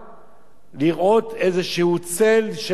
לראות איזה צל של משטרה.